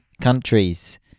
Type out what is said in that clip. countries